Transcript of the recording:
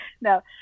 no